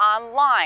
online